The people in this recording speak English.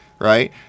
right